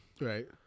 Right